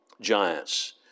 giants